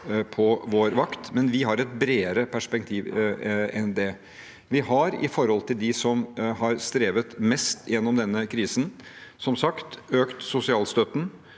på vår vakt, men vi har et bredere perspektiv enn det. Med hensyn til dem som har strevet mest gjennom denne krisen, har vi som sagt økt sosialstøtten.